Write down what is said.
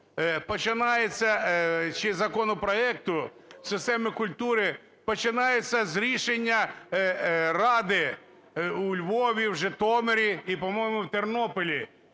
починається з рішення ради у Львові, в Житомирі і, по-моєму, в Тернополі